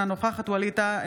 אינה נוכחת ווליד טאהא,